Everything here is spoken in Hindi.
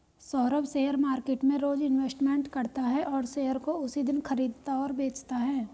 सौरभ शेयर मार्केट में रोज इन्वेस्टमेंट करता है और शेयर को उसी दिन खरीदता और बेचता है